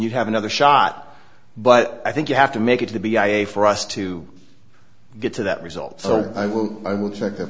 you'd have another shot but i think you have to make it to be i e for us to get to that result so i will i will check